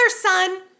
son